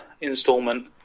installment